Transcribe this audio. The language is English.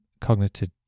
cognitive